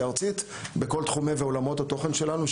ארצית בכל תחומי ועולמות התוכן שלנו,